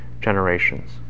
generations